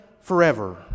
forever